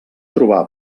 trobar